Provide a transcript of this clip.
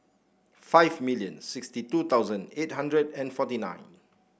five million sixty two thousand eight hundred and forty nine